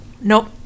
nope